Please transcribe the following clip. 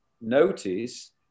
notice